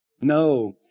No